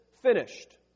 finished